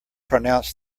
pronounced